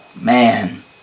Man